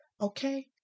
okay